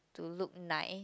to look nice